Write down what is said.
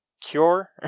cure